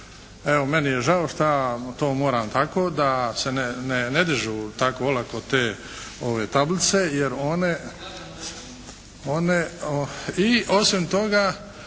evo meni je žao što to moram tako da se ne dižu tako olako te tablice jer one. I osim toga,